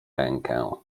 rękę